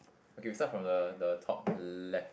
okay start from the the top left